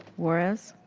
juarez.